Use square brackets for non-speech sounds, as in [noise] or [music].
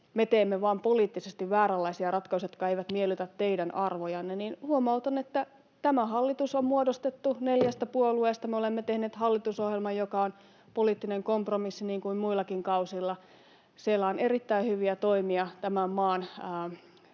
me teemme vaan poliittisesti vääränlaisia ratkaisuja, jotka eivät miellytä teidän arvojanne, niin huomautan, että tämä hallitus on muodostettu neljästä puolueesta. [noise] Me olemme tehneet hallitusohjelman, joka on poliittinen kompromissi, niin kuin muillakin kausilla. Siellä on erittäin hyviä toimia tämän maan,